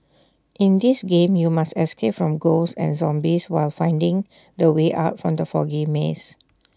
in this game you must escape from ghosts and zombies while finding the way out from the foggy maze